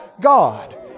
God